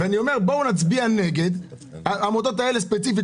אני אומר שאנחנו צריכים להצביע נגד עמותות ספציפיות